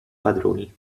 padroni